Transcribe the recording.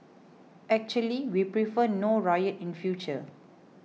actually we prefer no riot in future